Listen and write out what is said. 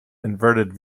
inverted